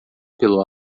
pelo